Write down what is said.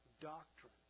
Doctrine